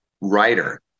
writer